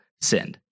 sinned